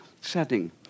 setting